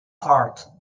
heart